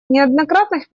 неоднократных